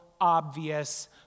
obvious